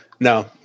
No